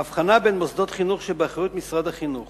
ההבחנה בין מוסדות חינוך שבאחריות משרד החינוך